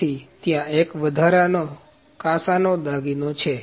તેથી ત્યાં એક વધારે કાસા નો દાગીનો છે